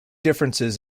differences